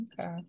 okay